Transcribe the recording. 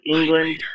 England